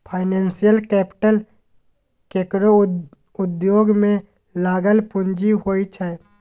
financial capital केकरो उद्योग में लागल पूँजी होइ छै